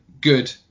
good